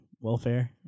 welfare